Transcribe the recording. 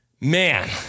man